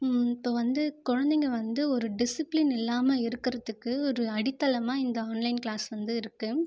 இப்போ வந்து குழந்தைங்க வந்து ஒரு டிசிப்ளின் இல்லாமல் இருக்கிறதுக்கு ஒரு அடித்தளமாக இந்த ஆன்லைன் கிளாஸ் வந்து இருக்குது